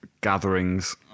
gatherings